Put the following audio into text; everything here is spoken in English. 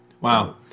Wow